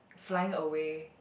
flying away